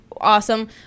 awesome